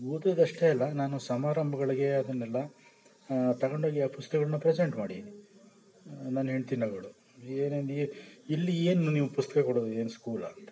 ಓದೋದಷ್ಟೇ ಅಲ್ಲ ನಾನು ಸಮಾರಂಭಗಳಿಗೆ ಅದನ್ನೆಲ್ಲ ತಗೊಂಡೋಗಿ ಆ ಪುಸ್ತಕಗಳನ್ನ ಪ್ರಸೆಂಟ್ ಮಾಡಿದ್ದೀನಿ ನನ್ನ ಹೆಂಡತಿ ನಗೋಳು ಏನೇ ನೀ ಇಲ್ಲಿ ಏನು ನೀವು ಪುಸ್ತಕ ಕೊಡೋದು ಏನು ಸ್ಕೂಲಾ ಅಂತ